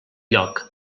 lloc